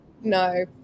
No